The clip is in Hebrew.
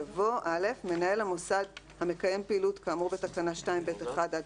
יבוא: (א) מנהל המוסד המקיים פעילות כאמור בתקנה 2(ב)(1) עד